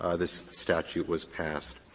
ah this statute was passed.